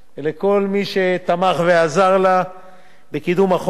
ולכל מי שתמך ועזר לה בקידום החוק.